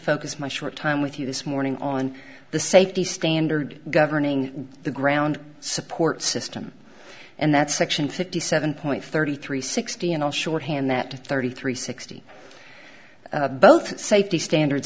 focus my short time with you this morning on the safety standard governing the ground support system and that's section fifty seven point thirty three sixty and i'll shorthand that to thirty three sixty both safety standards